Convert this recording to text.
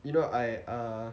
you know I err